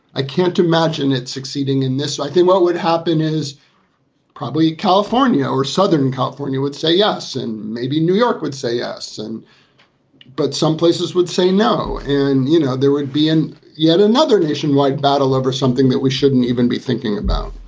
i can't imagine it succeeding in this. i think what would happen is probably california or southern california would say yes, and maybe new york would say yes. and but some places would say no. and, you know, there would be an yet another nationwide battle over something that we shouldn't even be thinking about,